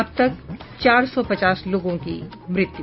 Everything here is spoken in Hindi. अब तक चार सौ पचास लोगों की मृत्यु